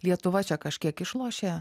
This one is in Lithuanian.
lietuva čia kažkiek išlošia